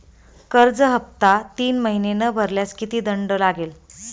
कर्ज हफ्ता तीन महिने न भरल्यास किती दंड लागेल?